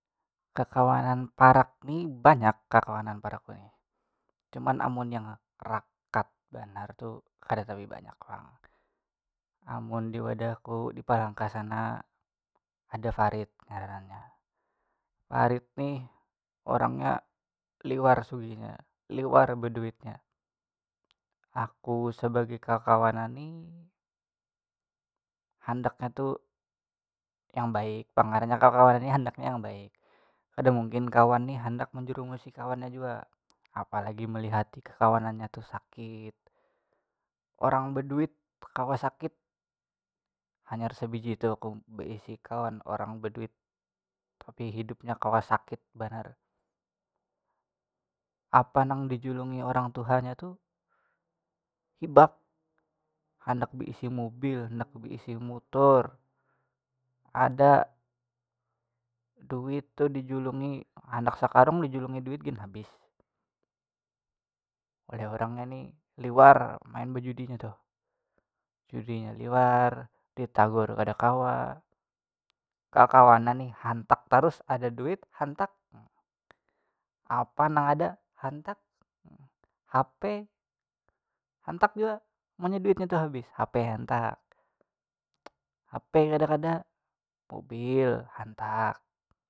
Kakawanan parak ni banyak kakawanan parak van ai, cuman amun yang rakat banar tu kada tapi banyak pang amun di wadahku di palangka sana ada karib ngarannya, karib nih orangnya liwar sugihnya liwar baduitnya aku sebagai kakawanan ni handaknya tu yang baik pang ngarannya kakawanan ni handaknya yang baik kada mungkin kawan ni handak menjerumusi kawannya jua apalagi melihati kakawanannya tu sakit, orang baduit kawa sakit hanyar sabiji tu ku beisi kawan orang baduit tapi hidupnya kawa sakit banar apa nang dijulungi orang tuhanya tu hibak handak beisi mobil handak beisi mutur ada duit tu dijulungi handak sakarang dijulungi duit gin habis oleh orangnya ni liwar main bajudinya tu, judinya liwar ditagur kada kawa, kakawanan ni hantak tarus ada duit hantak nah apa nang ada hantak hp hantak jua munnya duitnya tu habis hp hantak hp kada kada mobil hantak.